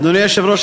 אדוני היושב-ראש,